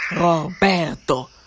Roberto